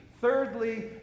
Thirdly